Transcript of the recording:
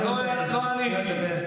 לא עניתי.